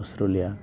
Australia